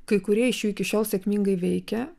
kai kurie iš jų iki šiol sėkmingai veikia